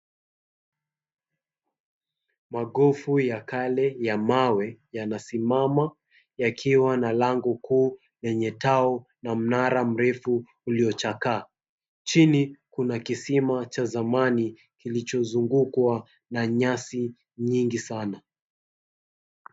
Magofu ya kale ya mawe yanasimama yakiwa na lango kuu lenye tao na mnara mrefu uliochakaa. Chini kuna kisima cha zamani kilichozungukwa na nyasi nyingi sana.